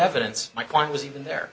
evidence my point was even there